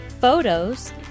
photos